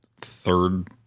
third